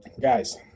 Guys